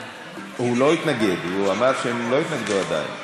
הוא לא התנגד, הוא אמר שהם לא התנגדו עדיין.